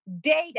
data